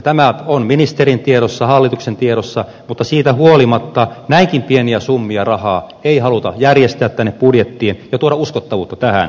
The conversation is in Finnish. tämä on ministerin tiedossa hallituksen tiedossa mutta siitä huolimatta näinkään pieniä summia rahaa ei haluta järjestää tänne budjettiin ja tuoda uskottavuutta tähän